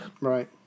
Right